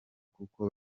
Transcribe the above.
kuko